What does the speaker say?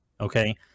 okay